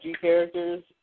characters